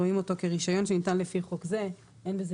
רואים אותו כרישיון מיוחד שניתן לפי חוק זה." אין בזה